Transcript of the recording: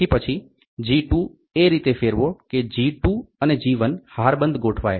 તેથી પછી જી 2 એ રીતે ફેરવો કે જી 2 અને જી 1 હારબંધ ગોઠવાય